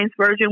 version